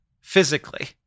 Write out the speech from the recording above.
physically